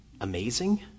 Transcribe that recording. amazing